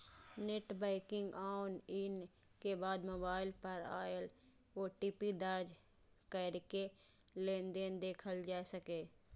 net banking log in के बाद mobile पर आयल ओ.टी.पी दर्ज कैरके लेनदेन देखल जा सकैए